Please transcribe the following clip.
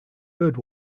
bird